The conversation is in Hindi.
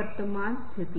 ही ट्रेन से जाता है'